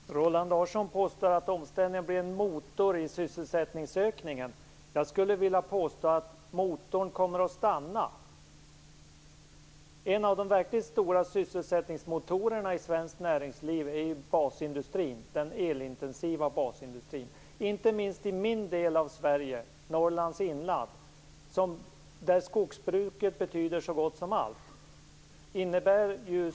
Herr talman! Roland Larsson påstår att omställningen kommer att bli en motor i sysselsättningsökningen. Jag skulle vilja påstå att motorn kommer att stanna. En av de verkligt stora sysselsättningsmotorerna i svenskt näringsliv är den elintensiva basindustrin. Så är det inte minst i min del av Sverige, Norrlands inland, där skogsbruket betyder så gott som allt.